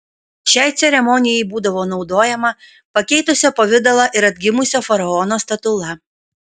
šiai ceremonijai būdavo naudojama pakeitusio pavidalą ir atgimusio faraono statula